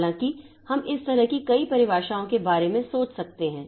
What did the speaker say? हालाँकि हम इस तरह की कई परिभाषाओं के बारे में सोच सकते हैं